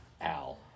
Al